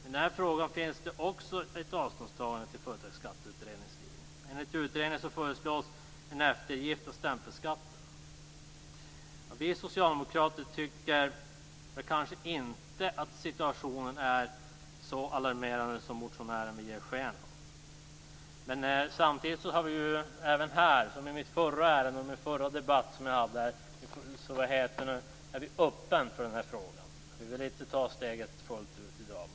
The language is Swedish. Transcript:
Också i den frågan görs ett avståndstagande från Företagsskatteutredningens linje. Utredningen föreslår att stämpelskatt skall kunna efterges. Vi socialdemokrater tycker inte att situationen är så alarmerande som motionären vill ge sken av. Som framgick av debatten i det förra ärendet har vi en öppen inställning i denna fråga men vill inte ta steget fullt ut i dag.